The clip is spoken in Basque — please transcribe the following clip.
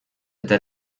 eta